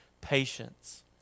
patience